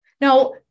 Now